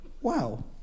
wow